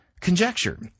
Conjecture